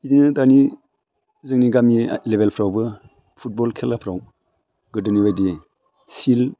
बिदिनो दानि जोंनि गामि लेभेलफ्रावबो फुटबल खेलाफ्राव गोदोनि बायदि सिल